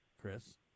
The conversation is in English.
Chris